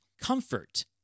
comfort